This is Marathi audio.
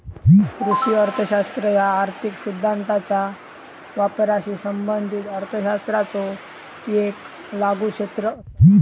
कृषी अर्थशास्त्र ह्या आर्थिक सिद्धांताचा वापराशी संबंधित अर्थशास्त्राचो येक लागू क्षेत्र असा